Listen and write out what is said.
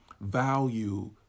value